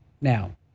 Now